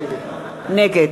נגד